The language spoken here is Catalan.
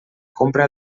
compra